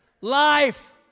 Life